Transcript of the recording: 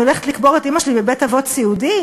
אני הולכת לקבור את אימא שלי בבית-אבות סיעודי?